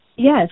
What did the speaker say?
Yes